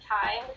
time